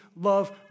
love